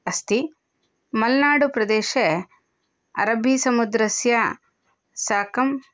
अस्ति मलैनाडुप्रदेशे अरबीसमुद्रस्य साकं